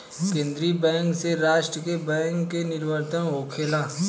केंद्रीय बैंक से राष्ट्र के बैंक के निवर्तन होखेला